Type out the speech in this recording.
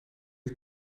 die